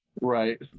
Right